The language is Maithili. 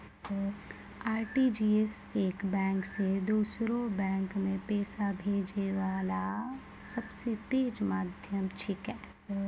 आर.टी.जी.एस एक बैंक से दोसरो बैंक मे पैसा भेजै वाला सबसे तेज माध्यम छिकै